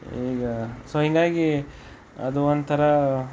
ಈಗ ಸೊ ಹೀಗಾಗಿ ಅದು ಒಂಥರ